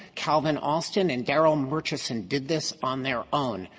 calvin alston, and gerald merkerson did this on their own.